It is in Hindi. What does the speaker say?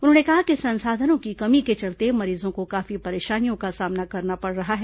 उन्होंने कहा कि संसाधनों की कमी के चलते मरीजों को काफी परेशानियों का सामना करना पड़ रहा है